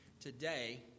Today